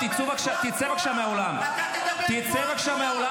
--- הבנתם מדוע האג נכנסה לתמונה?